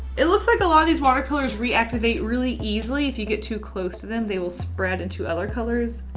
it looks like a lot of these watercolors reactivate really easily. if you get too close to them, they will spread into other colors.